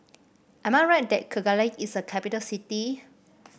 am I right that Kigali is a capital city